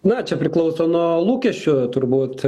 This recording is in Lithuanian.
na čia priklauso nuo lūkesčių turbūt